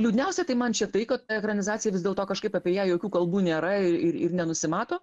liūdniausia tai man čia tai kad ekranizacija vis dėlto kažkaip apie ją jokių kalbų nėra ir ir nenusimato